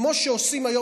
כמו שעושים היום